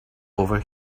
over